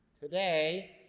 today